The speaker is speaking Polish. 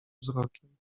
wzrokiem